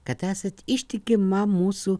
kad esat ištikima mūsų